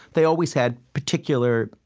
they always had particular,